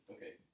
Okay